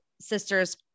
sisters